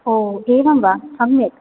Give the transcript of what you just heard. ओ एवम् वा सम्यक्